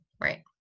Right